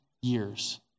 years